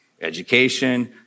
education